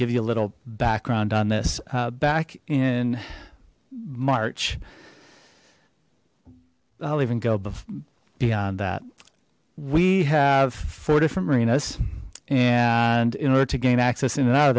give you a little background on this back in march i'll even go but beyond that we have four different marinas and in order to gain access in and out of